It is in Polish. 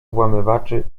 włamywaczy